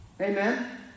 Amen